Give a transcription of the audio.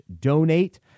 donate